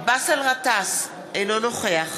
באסל גטאס, אינו נוכח